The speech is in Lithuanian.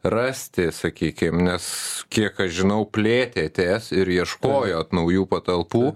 rasti sakykim nes kiek aš žinau plėtėtės ir ieškojot naujų patalpų